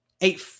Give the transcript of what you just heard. Eight